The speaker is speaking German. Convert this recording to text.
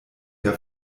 der